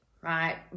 right